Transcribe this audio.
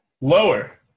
Lower